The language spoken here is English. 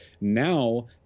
Now